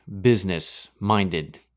business-minded